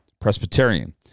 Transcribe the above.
Presbyterian